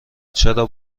چرا